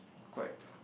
correct